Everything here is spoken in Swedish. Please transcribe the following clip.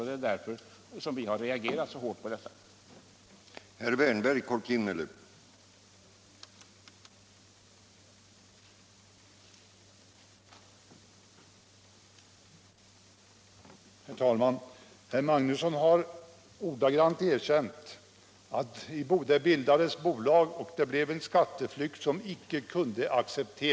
Det är därför som vi har reagerat så hårt på denna punkt.